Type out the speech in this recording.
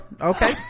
Okay